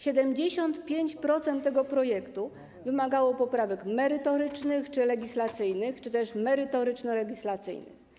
75% tego projektu wymagało poprawek merytorycznych czy legislacyjnych, czy też merytoryczno-legislacyjnych.